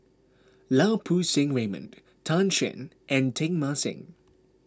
Lau Poo Seng Raymond Tan Shen and Teng Mah Seng